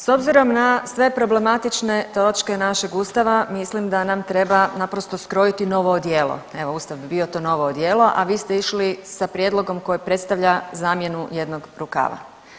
S obzirom na sve problematične točke našeg ustava mislim da nam treba naprosto skrojiti novo odijelo, evo ustav bi bio to novo odijelo, a vi ste išli sa prijedlogom koji predstavlja zamjenu jednog rukava.